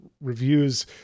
reviews